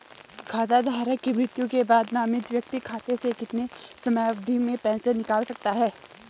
खाता धारक की मृत्यु के बाद नामित व्यक्ति खाते से कितने समयावधि में पैसे निकाल सकता है?